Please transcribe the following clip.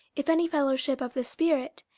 if any fellowship of the spirit,